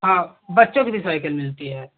हाँ बच्चों की भी साइकिल मिलती है